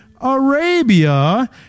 Arabia